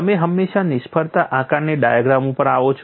તમે હંમેશાં નિષ્ફળતા આકારણી ડાયાગ્રામ ઉપર આવો છો